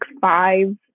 five